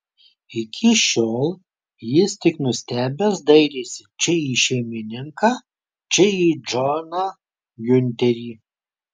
iki šiol jis tik nustebęs dairėsi čia į šeimininką čia į džoną giunterį